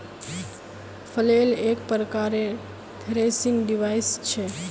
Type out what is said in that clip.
flail एक प्रकारेर threshing device छ